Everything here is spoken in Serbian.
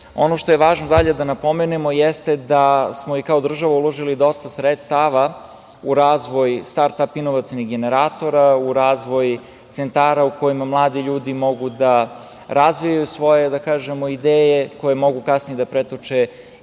što je dalje važno da napomenemo jeste da smo i kao država uložili dosta sredstava u razvoj start-ap inovacionih generatora, u razvoj centara u kojima mladi ljudi mogu da razvijaju svoje ideje koje mogu kasnije da pretoče